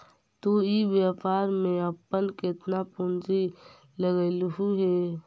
तु इ व्यापार में अपन केतना पूंजी लगएलहुं हे?